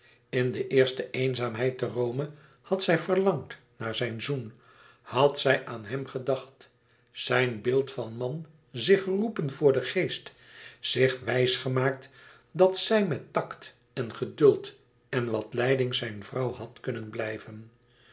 in de eerste eenzaamheid te rome had zij verlangd naar zijn zoen had zij aan hem gedacht zijn beeld van man zich geroepen voor den geest zich wijsgemaakt dat zij met tact en geduld en wat leiding zijn vrouw had kunnen blijven